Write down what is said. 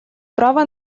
право